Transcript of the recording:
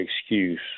excuse